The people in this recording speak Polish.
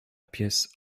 pies